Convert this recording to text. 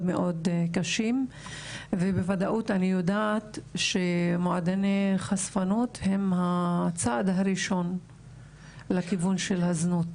קשים ובוודאות אני יודעת שמועדוני חשפנות הם הצד הראשון לכיוון של הזנות.